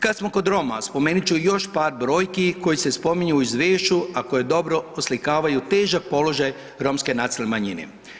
Kad smo kod Roma, spomenut ću još par brojki koji se spominju u izvješću, a koje dobro oslikavaju težak položaj romske nacionalne manjine.